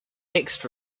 mixed